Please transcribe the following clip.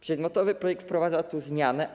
Przedmiotowy projekt wprowadza tu zmianę.